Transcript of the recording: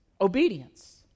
obedience